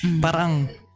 parang